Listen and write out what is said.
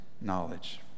knowledge